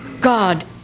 God